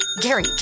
Gary